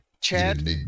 Chad